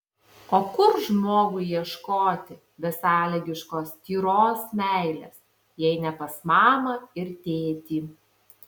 o kur žmogui ieškoti besąlygiškos tyros meilės jei ne pas mamą ir tėtį